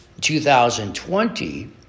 2020